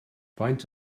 faint